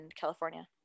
California